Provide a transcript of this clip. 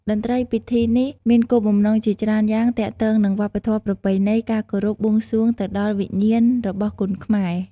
តន្ត្រីពិធីនេះមានគោលបំណងជាច្រើនយ៉ាងទាក់ទងនឹងវប្បធម៌ប្រពៃណី ការគោរព បួងសួងទៅដល់វិញ្ញាណរបស់គុនខ្មែរ។